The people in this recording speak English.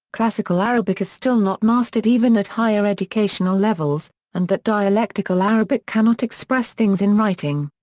classical arabic is still not mastered even at higher educational levels and that dialectical arabic cannot express things in writing.